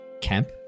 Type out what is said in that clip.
camp